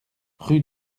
rue